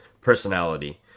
personality